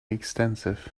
extensive